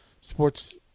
sports –